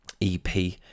EP